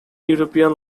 european